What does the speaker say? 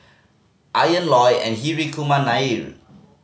Ian Loy and Hri Kumar Nair